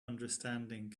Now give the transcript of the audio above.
understanding